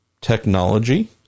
technology